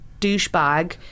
douchebag